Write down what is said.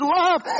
love